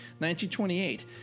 1928